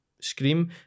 scream